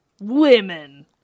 Women